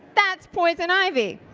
that's poison ivy!